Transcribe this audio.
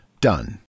done